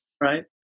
right